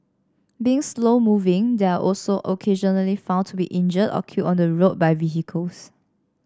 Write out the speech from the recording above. being slow moving they are also occasionally found to be injured or killed on the road by vehicles